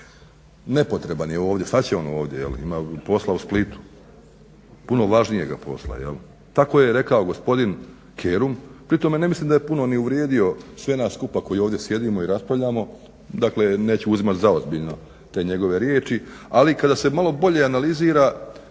Nepotreban je ovdje, šta će on ovdje? Ima posla u Splitu. Puno važnijega posla. Tako je rekao gospodin Kerum. Pri tome ne mislim da je puno ni uvrijedio sve nas skupa koji ovdje sjedimo i raspravljamo. Dakle nećemo uzeti za ozbiljno te njegove riječi. Ali kada se malo bolje analizira